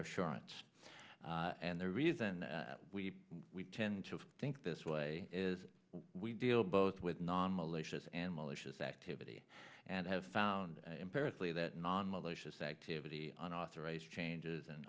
assurance and the reason and we tend to think this way is we deal both with non malicious and malicious activity and have found imperatively that non malicious activity unauthorized changes and